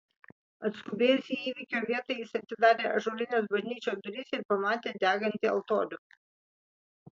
atskubėjęs į įvykio vietą jis atidarė ąžuolines bažnyčios duris ir pamatė degantį altorių